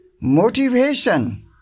Motivation